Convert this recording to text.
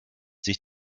sich